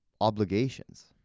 obligations